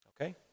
Okay